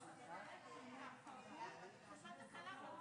השר מופיע 54 פעמים, הגורם